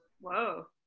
Whoa